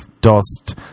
dust